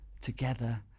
Together